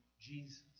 Jesus